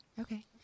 okay